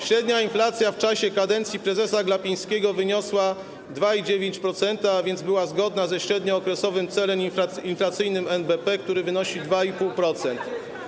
Średnia inflacja w czasie kadencji prezesa Glapińskiego wyniosła 2,9%, a więc była zgodna ze średniookresowym celem inflacyjnym NBP, który wynosi 2,5%.